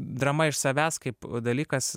drama iš savęs kaip dalykas